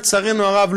לצערנו הרב,